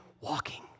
walking